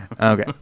Okay